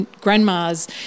grandmas